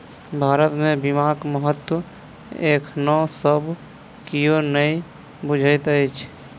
भारत मे बीमाक महत्व एखनो सब कियो नै बुझैत अछि